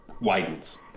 widens